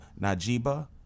Najiba